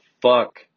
fuck